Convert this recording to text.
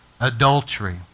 adultery